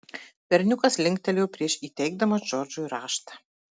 berniukas linktelėjo prieš įteikdamas džordžui raštą